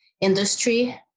industry